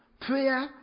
Prayer